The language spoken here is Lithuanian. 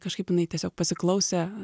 kažkaip jinai tiesiog pasiklausė